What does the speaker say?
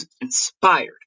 inspired